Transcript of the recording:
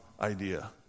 idea